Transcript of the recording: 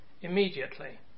Immediately